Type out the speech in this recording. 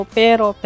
pero